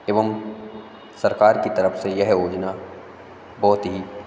एवं सरकार की तरफ से यह योजना बहुत ही